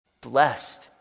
Blessed